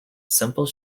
simple